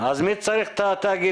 אז מי צריך את התאגידים?